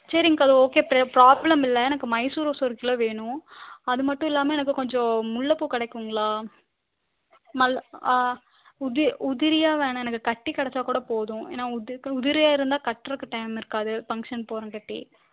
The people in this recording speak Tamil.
சரிங்க்கா அது ஓகே ப்ராப்ளம் இல்லை எனக்கு மைசூர் ரோஸ் ஒரு கிலோ வேணும் அது மட்டும் இல்லாமல் எனக்கு கொஞ்சம் முல்லைப்பூ கிடைக்குங்களா நல் உதிரி உதிரியாக வேணாம் எனக்கு கட்டி கிடச்சாக் கூட போதும் ஏன்னா உதிரியாக இருந்தால் கட்டுறதுக்கு டைம் இருக்காது ஃபங்ஷன் போறங்காட்டி